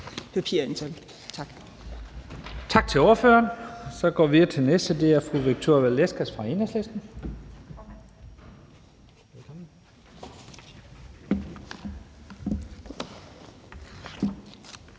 Tak til ordføreren. Så går vi videre til den næste. Det er fru Victoria Velasquez fra Enhedslisten.